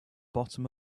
body